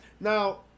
now